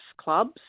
clubs